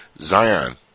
Zion